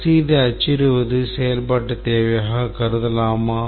ரசீதை அச்சிடுவது செயல்பாட்டுத் தேவையாகக் கருதலாமா